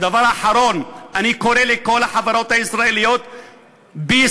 דבר אחרון, אני קורא לכל החברות הישראליות בישראל,